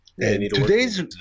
Today's